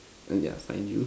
and yeah find you